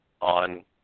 on –